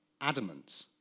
adamant